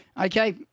Okay